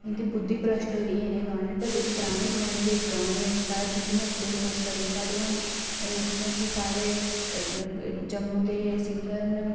जिं'दी बुद्धी भ्रश्ट होइ दी इ'यै नेह् गाने पर जेह्ड़े पराने जमाने दे गाने तर्ज उंदी इ'यां दिल खुश करूड़दा हा ते हून जि'यां कि साढ़े जम्मू दे सिंगर न